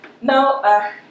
Now